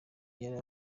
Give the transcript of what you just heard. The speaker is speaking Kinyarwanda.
yari